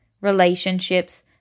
relationships